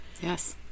Yes